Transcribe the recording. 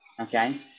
Okay